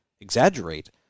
exaggerate